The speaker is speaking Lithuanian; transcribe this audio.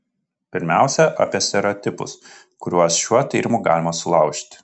pirmiausia apie stereotipus kuriuos šiuo tyrimu galima sulaužyti